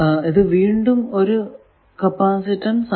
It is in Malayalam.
ഇത് വീണ്ടും ഒരു ക്യാപസിറ്റന്സ് ആണ്